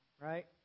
right